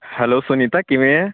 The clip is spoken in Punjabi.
ਹੈਲੋ ਸੁਨੀਤਾ ਕਿਵੇਂ ਹੈਂ